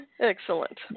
Excellent